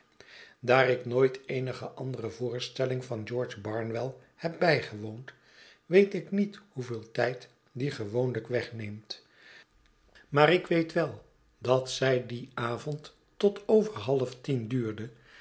daar ik nooit eenige andere voorstelling van george barnwell heb bijgewoond weet ik niet hoeveel tijd die gewoonlijk wegneemt maar ik weet wel dat zij dien avond tot over half tien duurde